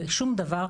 שום דבר,